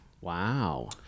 Wow